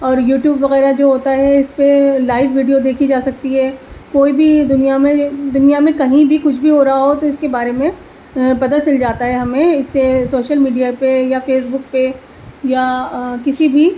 اور یوٹیوب وغیرہ جو ہوتا ہے اس پہ لائیو ویڈیو دیکھی جا سکتی ہے کوئی بھی دنیا میں دنیا میں کہیں بھی کچھ بھی ہو رہا ہو تو اس کے بارے میں پتا چل جاتا ہے ہمیں اسے سوشل میڈیا پہ یا فیسبک پہ یا کسی بھی